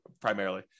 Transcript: primarily